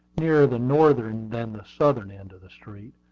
nearer the northern than the southern end of the street.